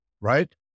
right